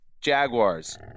Jaguars